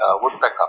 woodpecker